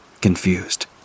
confused